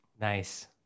nice